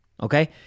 okay